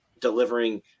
delivering